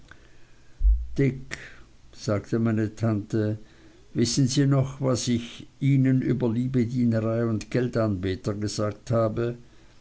dick sagte meine tante wissen sie noch was ich ihnen über liebedienerei und geldanbeter gesagt habe